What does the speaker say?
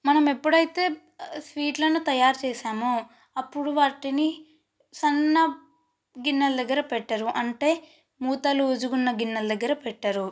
మనం ఎప్పుడైతే స్వీట్లను తయారు చేస్తామో అప్పుడు వాటిని సన్న గిన్నెల దగ్గర పెట్టరు అంటే మూత లూస్ గా ఉన్న గిన్నెల దగ్గర పెట్టరు